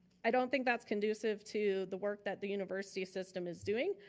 i don't think that's conducive to the work that the university system is doing.